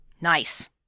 Nice